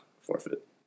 forfeit